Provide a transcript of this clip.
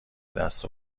دست